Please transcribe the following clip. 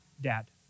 dad